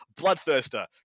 Bloodthirster